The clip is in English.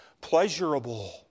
pleasurable